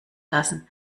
lassen